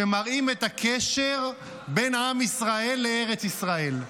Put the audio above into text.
שמראים את הקשר בין עם ישראל לארץ ישראל.